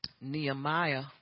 Nehemiah